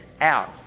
out